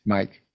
Mike